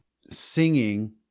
singing